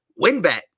WinBet